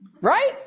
Right